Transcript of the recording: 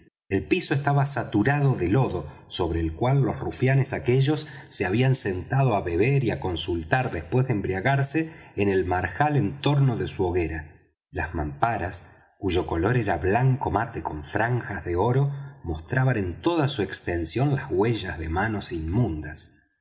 el piso estaba saturado de lodo sobre el cual los rufianes aquellos se habían sentado á beber y á consultar después de embriagarse en el marjal en torno de su hoguera las mamparas cuyo color era blanco mate con franjas de oro mostraban en toda su extensión las huellas de manos inmundas